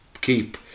keep